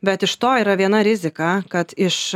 bet iš to yra viena rizika kad iš